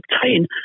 obtain